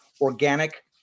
organic